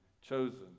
chosen